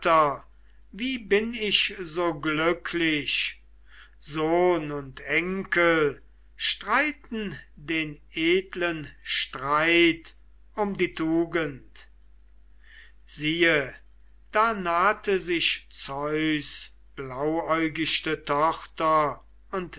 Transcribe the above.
wie bin ich so glücklich sohn und enkel streiten den edlen streit um die tugend siehe da nahte sich zeus blauäugichte tochter und